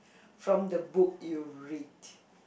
from the book you read